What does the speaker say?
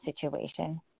situation